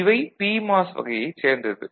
இவை பிமாஸ் வகையைச் சார்ந்தது